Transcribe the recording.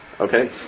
Okay